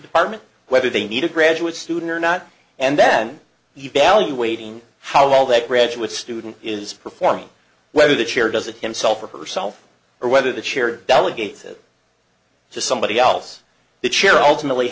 department whether they need a graduate student or not and then evaluating how well that graduate student is performing whether the chair does it himself or herself or whether the chair delegate it to somebody else the chair ultimately